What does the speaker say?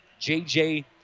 JJ